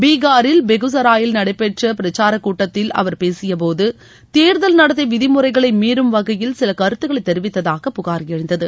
பீகாரில் பெகுசராயில் நடைபெற்ற பிரச்சாரக் கூட்டத்தில் அவர் பேசியபோது தேர்தல் நடத்தை நெறிமுறைகளை மீறும் வகையில் சில கருத்துக்களை தெரிவித்ததாக புகார் எழுந்தது